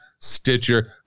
Stitcher